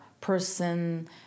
person